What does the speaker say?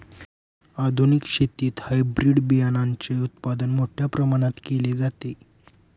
आधुनिक शेतीत हायब्रिड बियाणाचे उत्पादन मोठ्या प्रमाणात केले जाते